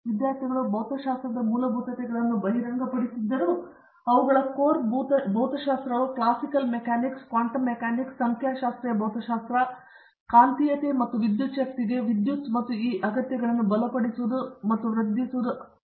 ಆದ್ದರಿಂದ ವಿದ್ಯಾರ್ಥಿಗಳು ಭೌತಶಾಸ್ತ್ರದ ಮೂಲಭೂತತೆಗಳನ್ನು ಬಹಿರಂಗಪಡಿಸಿದ್ದರೂ ಅವುಗಳ ಕೋರ್ ಭೌತಶಾಸ್ತ್ರವು ಕ್ಲಾಸಿಕಲ್ ಮೆಕ್ಯಾನಿಕ್ಸ್ ಕ್ವಾಂಟಮ್ ಮೆಕ್ಯಾನಿಕ್ಸ್ ಸಂಖ್ಯಾಶಾಸ್ತ್ರೀಯ ಭೌತಶಾಸ್ತ್ರ ಕಾಂತೀಯತೆ ಮತ್ತು ವಿದ್ಯುಚ್ಛಕ್ತಿಗೆ ವಿದ್ಯುತ್ ಮತ್ತು ಈ ಅಗತ್ಯಗಳನ್ನು ಬಲಪಡಿಸುವುದು ಮತ್ತು ವೃದ್ಧಿಸುವುದು ಅಗತ್ಯವಾಗಿದೆ